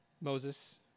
Moses